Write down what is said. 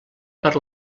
per